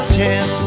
ten